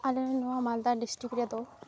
ᱟᱞᱮ ᱱᱚᱣᱟ ᱢᱟᱞᱫᱟ ᱰᱤᱥᱴᱤᱠ ᱨᱮᱫᱚ